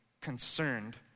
concerned